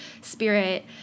spirit